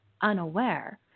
unaware